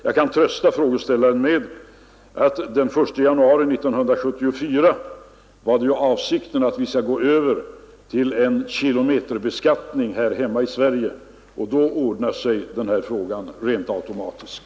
Jag kan trösta frågeställaren med att avsikten är att vi den 1 januari 1974 skall gå över till en kilometerbeskattning här i Sverige och då löser sig denna fråga rent automatiskt.